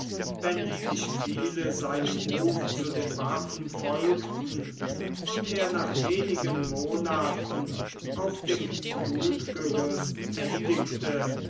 wenn nicht viele seinem ruf zu den waffen folgten und er nach wenigen monaten auf dem blutgerüst